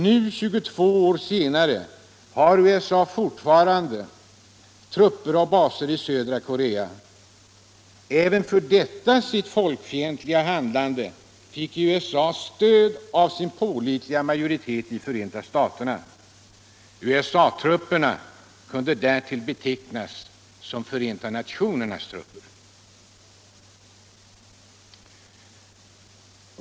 Nu, 22 år senare, har USA fortfarande trupper och baser i södra Korea. Även för detta sitt folkfientliga handlande fick USA stöd av sin pålitliga majoritet i Förenta nationerna. USA-trupperna kunde därtill betecknas som Förenta nationernas trupper.